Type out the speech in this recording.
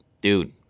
dude